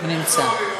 הוא נמצא.